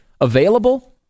available